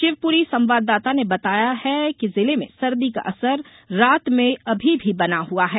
शिवप्री संवाददाता ने बताया है कि जिले में सर्दी का असर रात में अभी भी बना हुआ है